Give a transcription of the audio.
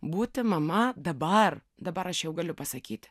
būti mama dabar dabar aš jau galiu pasakyt